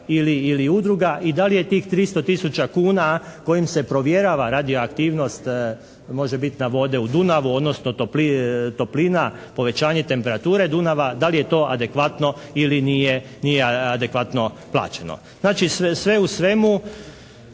ili udruga? I da li je tih 300 tisuća kuna kojim se provjerava radioaktivnost može biti vode u Dunavu, odnosno toplina, povećanje temperature Dunava, da li je to adekvatno ili nije adekvatno plaćeno? Znači, sve u svemu